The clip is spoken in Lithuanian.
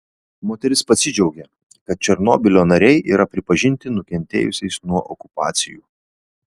moteris pasidžiaugė kad černobylio nariai yra pripažinti nukentėjusiais nuo okupacijų